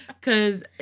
Cause